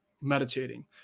meditating